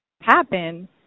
happen